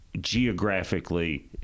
geographically